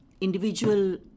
individual